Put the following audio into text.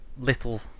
little